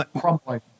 crumbling